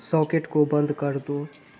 socket को बंद कर दो